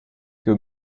que